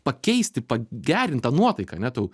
pakeisti pagerint tą nuotaiką ane tau